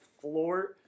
floor